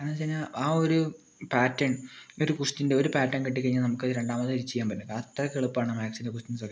എന്താന്ന് വെച്ച് കഴിഞ്ഞാൽ ആ ഒരു പാറ്റേൺ ഒരു ക്വസ്റ്റ്യൻ്റെ ഒരു പാറ്റേൺ കിട്ടി കഴിഞ്ഞാൽ നമുക്ക് രണ്ടാമത്തെ ചെയ്യാൻ പറ്റും അത്രക്ക് എളുപ്പാണ് മാത്സിൻ്റെ ക്വസ്റ്റ്യൻസൊക്കെ